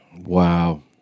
Wow